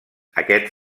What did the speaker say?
aquest